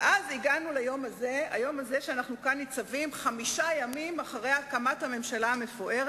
הוא יכול להגיד, אני בניתי ממשלה,